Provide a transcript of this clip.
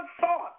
thought